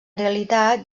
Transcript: realitat